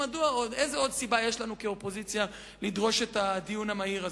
איזו עוד סיבה יש לנו כאופוזיציה לדרוש את הדיון המהיר הזה?